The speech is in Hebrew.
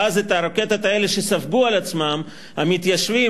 ואז הרקטות האלה שספגו על עצמם המתיישבים,